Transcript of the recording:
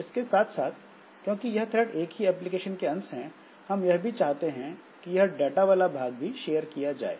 इसके साथ साथ क्योंकि यह थ्रेड एक ही एप्लीकेशन के अंश हैं हम यह भी चाहते हैं कि यह डाटा वाला भाग भी शेयर किया जाए